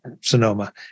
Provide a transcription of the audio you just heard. Sonoma